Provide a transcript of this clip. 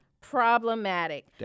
Problematic